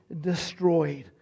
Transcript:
destroyed